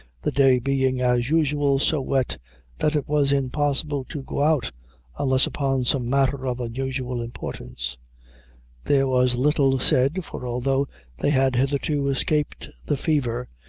the day being, as usual, so wet that it was impossible to go out unless upon some matter of unusual importance there was little said, for although they had hitherto escaped the fever,